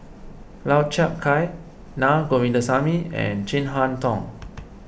Lau Chiap Khai Na Govindasamy and Chin Harn Tong